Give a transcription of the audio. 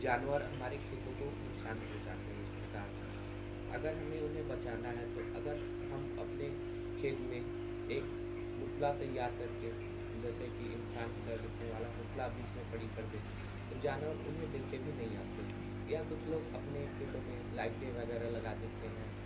जानवर हमारे खेतों को नुकसान पहुँचाते हैं इस प्रकार अगर हमें उन्हें बचाना है तो अगर हम अपने खेत में एक पुतला तैयार करके जैसे कि इंसान की तरह दिखने वाला पुतला बीच में खड़ी कर दें तो जानवर उन्हें देख के भी नहीं आते हैं या कुछ लोग अपने खेतों में लाइटे वगैरह लगा देते हैं